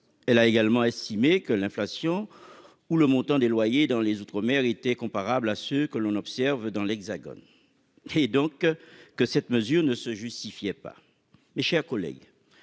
Elle a également estimé que l'inflation et le montant des loyers dans les outre-mer étaient comparables à ce que l'on observait dans l'Hexagone, et que cette mesure ne se justifiait donc pas. Mes chers collègues,